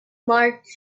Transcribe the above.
mark